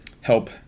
help